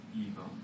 evil